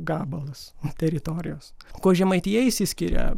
gabalas teritorijos kuo žemaitija išsiskiria